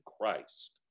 Christ